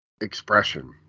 expression